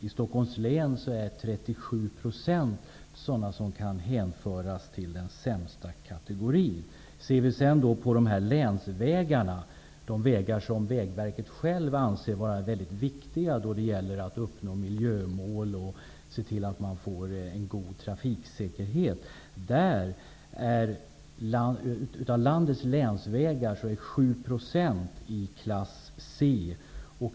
I Stockholms län kan 37 % hänföras till den sämsta kategorin. Av landets länsvägar, dvs. de vägar som man själv inom Vägverket anser vara mycket viktiga när det gäller att uppnå miljömål och god trafiksäkerhet, ligger 7 % i klass C.